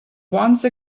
once